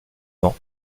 vend